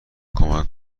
کمک